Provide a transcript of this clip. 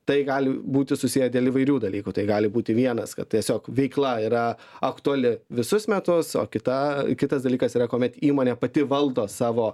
tai gali būti susiję dėl įvairių dalykų tai gali būti vienas kad tiesiog veikla yra aktuali visus metus o kita kitas dalykas yra kuomet įmonė pati valdo savo